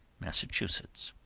massachusetts.